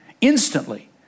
Instantly